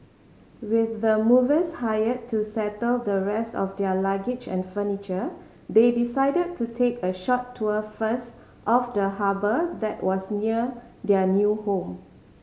with the movers hired to settle the rest of their luggage and furniture they decided to take a short tour first of the harbour that was near their new home